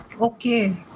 okay